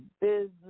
business